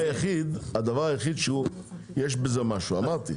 זה הדבר היחיד שיש בזה משהו, אמרתי.